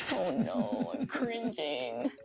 no, i'm cringing.